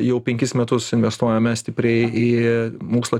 jau penkis metus investuojame stipriai į mokslo